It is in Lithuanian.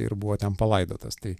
ir buvo ten palaidotas tai